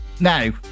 Now